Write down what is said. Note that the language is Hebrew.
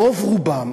רוב רובם,